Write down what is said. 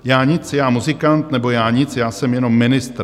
Já nic, já muzikant, nebo já nic, já jsem jenom ministr.